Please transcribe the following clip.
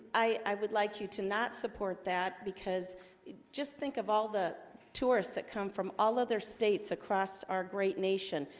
i i would like you to not support that because just think of all the tourists that come from all other states across our great nation.